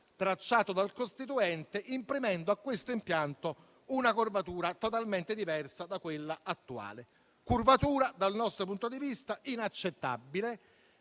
tracciato dal costituente, imprimendo a questo impianto una curvatura totalmente diversa da quella attuale. Tale curvatura, dal nostro punto di vista, è inaccettabile,